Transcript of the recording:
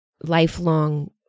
lifelong